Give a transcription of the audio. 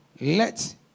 Let